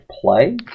play